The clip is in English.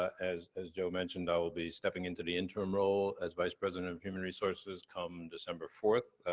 as as joe mentioned, i will be stepping into the interim role as vice president of human resources come december fourth,